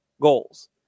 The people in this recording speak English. goals